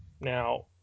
Now